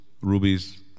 rubies